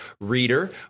reader